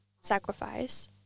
sacrifice